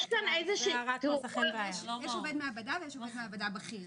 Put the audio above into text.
יש עובד מעבדה ויש עובד מעבדה בכיר.